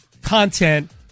content